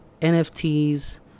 NFTs